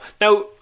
now